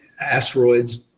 Asteroids